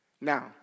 Now